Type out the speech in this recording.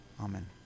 amen